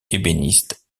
ébéniste